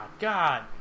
God